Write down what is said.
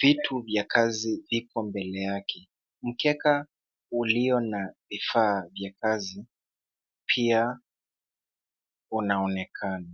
vitu vya kazi vipo mbele yake. Mkeka uliona vifaa vya kazi pia unaonekana.